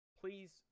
please